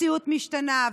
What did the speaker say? מציאות משתנה,